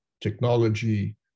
technology